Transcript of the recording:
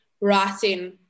writing